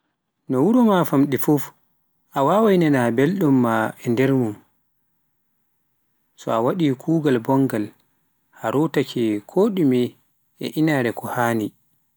no wuro fannɗi fuf a wawai nana belɗum ma e nder so waɗi kuugal bongal, a rotaake ko ɗume e inaare ko haani.